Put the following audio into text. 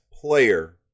player